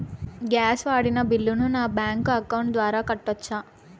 Gas వాడిన బిల్లును నా బ్యాంకు అకౌంట్ ద్వారా కట్టొచ్చా?